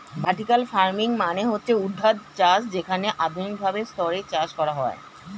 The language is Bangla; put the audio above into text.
ভার্টিকাল ফার্মিং মানে হচ্ছে ঊর্ধ্বাধ চাষ যেখানে আধুনিক ভাবে স্তরে চাষ করা হয়